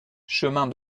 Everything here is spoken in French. chemin